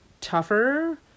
tougher